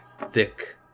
thick